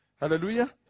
Hallelujah